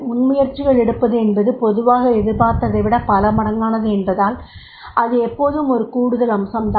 முன்முயற்சிகள் எடுப்பது என்பது பொதுவாக எதிர்பார்த்ததை விட பல மடங்கானது என்பதால் அது எப்போதும் ஒரு கூடுதல் அம்சம்தான்